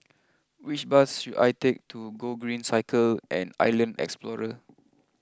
which bus should I take to Gogreen Cycle and Island Explorer